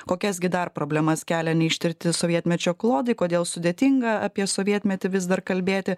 kokias gi dar problemas kelia neištirti sovietmečio klodai kodėl sudėtinga apie sovietmetį vis dar kalbėti